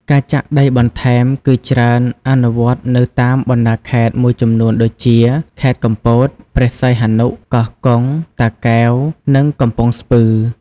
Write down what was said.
ការចាក់ដីបន្ថែមគឺច្រើនអនុវត្តន៍នៅតាមបណ្តាខេត្តមួយចំនួនដូចជា ខេត្តកំពត ព្រះសីហនុ កោះកុង តាកែវ និងកំពង់ស្ពឺ។